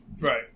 Right